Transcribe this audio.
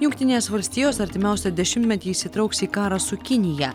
jungtinės valstijos artimiausią dešimtmetį įsitrauks į karą su kinija